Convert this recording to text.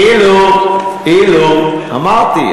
אילו לא הקמנו קבינט לדיור,